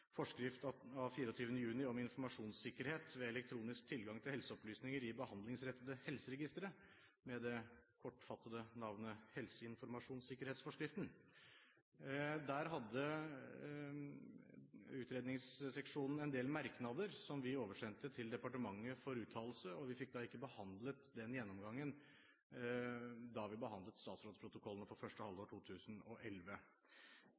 forskrift av 24. juni om informasjonssikkerhet ved elektronisk tilgang til helseopplysninger i behandlingsrettede helseregistre, med det korte navnet helseinformasjonssikkerhetsforskriften. Der hadde Utredningsseksjonen en del merknader som vi sendte til departementet for uttalelse, og vi fikk da ikke behandlet den gjennomgangen da vi behandlet statsrådsprotokollene for første